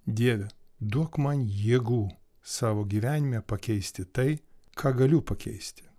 dieve duok man jėgų savo gyvenime pakeisti tai ką galiu pakeisti